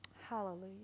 hallelujah